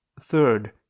Third